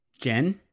jen